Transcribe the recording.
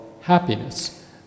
happiness